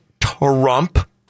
Trump